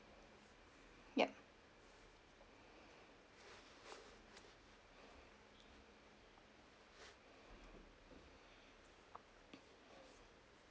yup